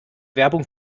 werbung